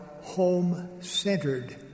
home-centered